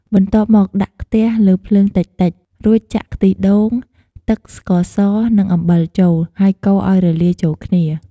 បន្ទាប់មក ដាក់ខ្ទះលើភ្លើងតិចៗ រួចចាក់ខ្ទិះដូង ទឹក ស្ករស និងអំបិលចូល ហើយកូរឲ្យរលាយចូលគ្នា។